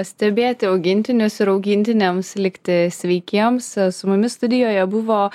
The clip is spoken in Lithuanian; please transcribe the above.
stebėti augintinius ir augintiniams likti sveikiems su mumis studijoje buvo